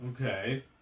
Okay